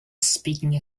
speaking